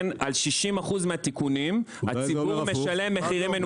ולכן על 60% מהתיקונים הציבור משלם מחירים מנופחים.